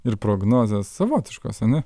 ir prognozes savotiškos ane